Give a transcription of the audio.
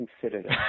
considered